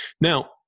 now